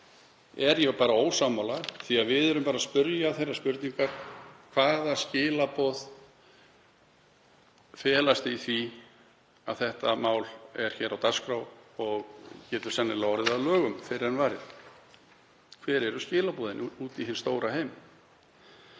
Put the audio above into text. því ekki við, því að við erum bara að spyrja þeirrar spurningar hvaða skilaboð felast í því að þetta mál er hér á dagskrá og getur sennilega orðið að lögum fyrr en varir. Hver eru skilaboðin út í hinn stóra heim?